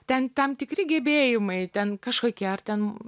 ten tam tikri gebėjimai ten kažkokie ar ten